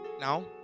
now